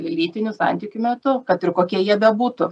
lytinių santykių metu kad ir kokie jie bebūtų